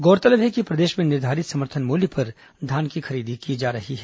गौरतलब है कि प्रदेश में निर्धारित समर्थन मूल्य पर धान की खरीदी की जा रही है